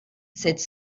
cette